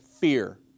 fear